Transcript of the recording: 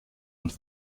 und